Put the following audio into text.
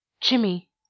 Jimmy